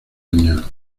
años